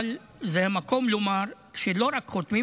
אבל זה המקום לומר שלא רק חותמים,